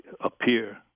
appear